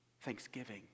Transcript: thanksgiving